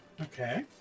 Okay